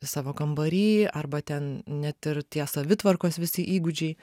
savo kambary arba ten net ir tie savitvarkos visi įgūdžiai